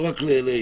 לא רק לאיתן.